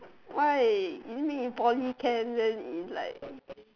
why leave me in poly can then it's like